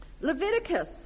Leviticus